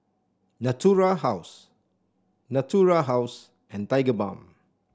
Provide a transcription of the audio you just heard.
Natura House Natura House and Tigerbalm